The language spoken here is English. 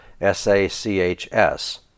S-A-C-H-S